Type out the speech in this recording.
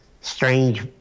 strange